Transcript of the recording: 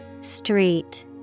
Street